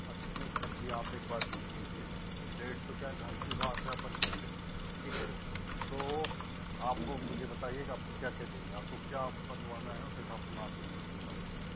अच्छा नहीं सब्ज़ी आप एक बार देख लीजिए रेट तो क्या घर की बात है अपन कर लेंगे ठीक है तो आप मुझे बताइगा आप को क्या क्या चाहिए आप को क्या बनवाना है उस हिसाब से में आप को सब्ज़ी बता देता हूँ